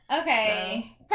Okay